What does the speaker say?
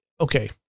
okay